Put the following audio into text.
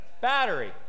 Battery